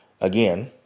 again